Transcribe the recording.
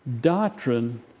Doctrine